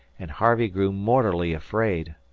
and harvey grew mortally afraid,